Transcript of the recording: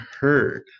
heard